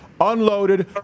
Unloaded